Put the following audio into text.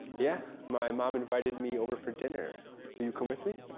yeah. my mom invited me over for dinner. will you come with me?